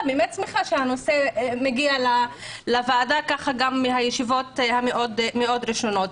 - שהנושא מגיע לוועדה ואנחנו מקיימים ישיבות מאוד ראשונות.